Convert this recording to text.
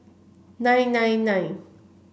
nine nine nine